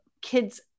kids